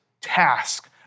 task